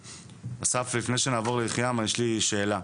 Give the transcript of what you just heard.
אסף, לפני שנעבור ליחיעם, יש לי שאלה,